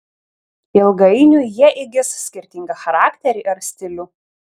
ilgainiui jie įgis skirtingą charakterį ar stilių